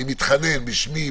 אני מתחנן בשמי,